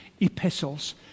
epistles